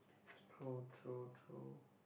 throw throw throw